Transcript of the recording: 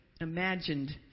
imagined